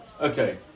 Okay